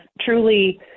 truly